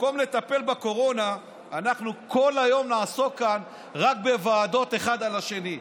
במקום לטפל בקורונה אנחנו כל היום נעסוק כאן רק בוועדות אחד על השני.